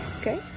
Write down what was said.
Okay